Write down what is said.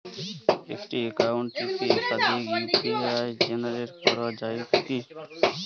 একটি অ্যাকাউন্ট থেকে একাধিক ইউ.পি.আই জেনারেট করা যায় কি?